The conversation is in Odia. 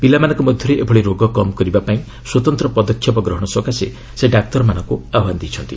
ପିଲାମାନଙ୍କ ମଧ୍ୟରେ ଏଭଳି ରୋଗ କମ୍ କରିବା ପାଇଁ ସ୍ୱତନ୍ତ୍ର ପଦକ୍ଷେପ ଗ୍ରହଣ ସକାଶେ ସେ ଡାକ୍ତରମାନଙ୍କୁ ଆହ୍ନାନ ଦେଇଛନ୍ତି